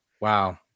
Wow